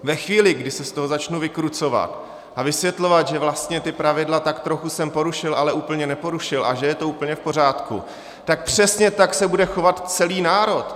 Ve chvíli, kdy se z toho začnu vykrucovat a vysvětlovat, že vlastně ta pravidla tak trochu jsem porušil, ale úplně neporušil a že je to úplně v pořádku, tak přesně tak se bude chovat celý národ.